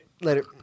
later